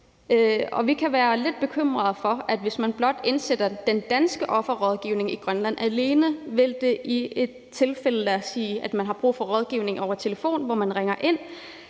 vi kan være lidt bekymrede for, at hvis man alene indsætter den danske offerrådgivning i Grønland, vil det i nogle tilfælde – lad os sige, at man har brug for rådgivning over telefon og man ringer ind